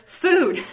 food